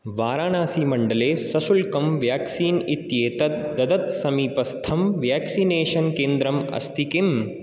वाराणासीमण्डले सशुल्कं व्याक्सीन् इत्येतत् ददत् समीपस्थं व्याक्सिनेषन् केन्द्रम् अस्ति किम्